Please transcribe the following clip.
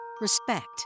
respect